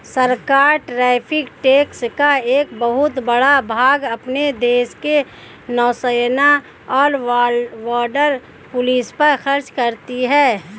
सरकार tariff tax का एक बहुत बड़ा भाग अपने देश के नौसेना और बॉर्डर पुलिस पर खर्च करती हैं